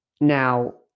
Now